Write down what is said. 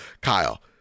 Kyle